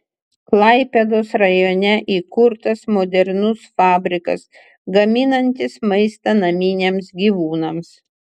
klaipėdos rajone įkurtas modernus fabrikas gaminantis maistą naminiams gyvūnams